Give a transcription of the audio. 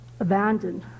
Abandoned